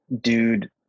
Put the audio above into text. dude